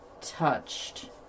Touched